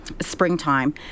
springtime